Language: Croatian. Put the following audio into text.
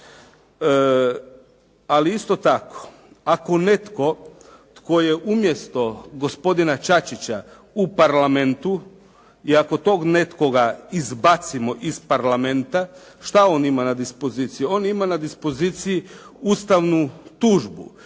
Ali isto tako, ako netko tko je umjesto gospodina Čačića u Parlamentu i ako tog nekoga izbacimo iz Parlamenta, šta on ima na dispoziciji? On ima na dispoziciji ustavnu tužbu